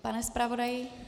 Pane zpravodaji?